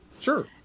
Sure